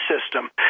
system